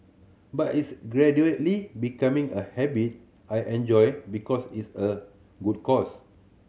but it's gradually becoming a habit I enjoy because it's a good cause